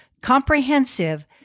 comprehensive